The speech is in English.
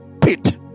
pit